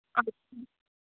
अच्छा